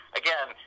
again